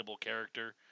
character